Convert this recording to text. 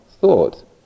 thought